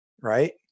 right